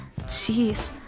Jeez